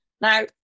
Now